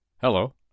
Hello